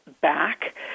back